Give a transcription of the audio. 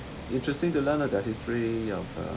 interesting to learn lah the history of uh